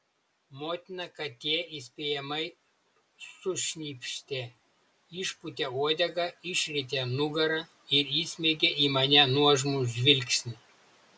motina katė įspėjamai sušnypštė išpūtė uodegą išrietė nugarą ir įsmeigė į mane nuožmų žvilgsnį